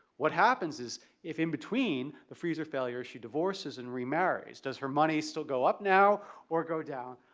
what happens is if in between the freezer failure she divorces and remarries, does her money still go up now or go down?